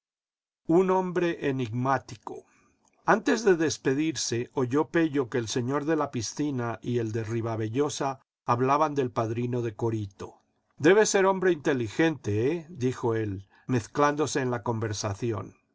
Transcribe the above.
un hombre enigmático antes de despedirse oyó pello que el señor de la piscina y el de ribavellosa hablaban del padrino de corito debe ser hombre inteligente eh dijo él mezclándose en la conversación